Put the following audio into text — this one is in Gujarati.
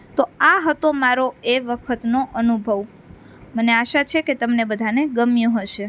તો આ હતો મારો એ વખતનો અનુભવ મને આશા છે કે તમને બધાને ગમ્યું હશે